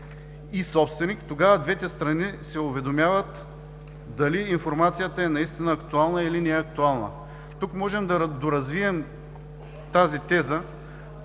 и собственик, тогава двете страни се уведомяват дали информацията е наистина актуална, или не е актуална. Тук можем да доразвием тази теза,